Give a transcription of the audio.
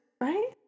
right